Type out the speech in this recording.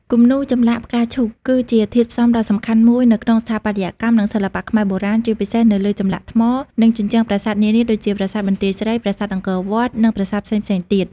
គំនូរចម្លាក់ផ្កាឈូក គឺជាធាតុផ្សំដ៏សំខាន់មួយនៅក្នុងស្ថាបត្យកម្ម និងសិល្បៈខ្មែរបុរាណ ជាពិសេសនៅលើចម្លាក់ថ្ម និងជញ្ជាំងប្រាសាទនានាដូចជា ប្រាសាទបន្ទាយស្រី ប្រាសាទអង្គរវត្ត និងប្រាសាទផ្សេងៗទៀត។